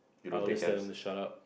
I'll just tell them to shut up